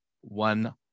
one